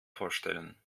vorstellen